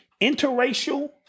interracial